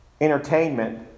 entertainment